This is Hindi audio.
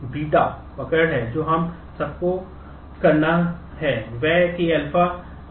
तो कई तरीके हैं